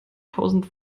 tausend